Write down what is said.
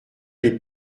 les